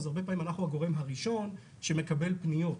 הרבה פעמים אנחנו הגורם הראשון שמקבל פניות.